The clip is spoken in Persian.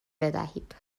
بدهید